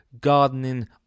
gardening